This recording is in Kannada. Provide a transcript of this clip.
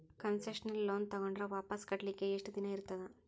ಕನ್ಸೆಸ್ನಲ್ ಲೊನ್ ತಗೊಂಡ್ರ್ ವಾಪಸ್ ಕಟ್ಲಿಕ್ಕೆ ಯೆಷ್ಟ್ ದಿನಾ ಇರ್ತದ?